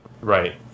Right